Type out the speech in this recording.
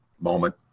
moment